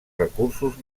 recursos